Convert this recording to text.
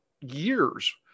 years